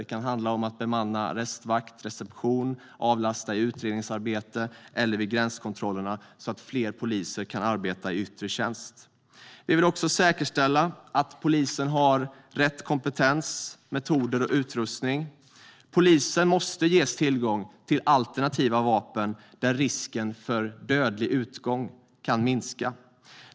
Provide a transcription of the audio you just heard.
Det kan handla om att bemanna arrestvakt och reception samt avlasta i fråga om utredningsarbete eller vid gränskontrollerna, så att fler poliser kan arbeta i yttre tjänst. Vi vill också säkerställa att polisen har rätt kompetens, metoder och utrustning. Polisen måste ges tillgång till alternativa vapen där risken för dödlig utgång kan minska.